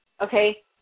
Okay